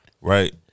right